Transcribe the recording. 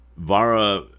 Vara